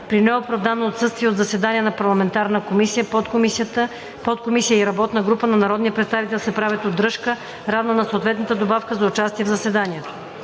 При неоправдано отсъствие от заседание на парламентарна комисия, подкомисия и работна група на народния представител се прави удръжка, равна на съответната добавка за участие в заседанието.